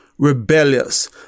rebellious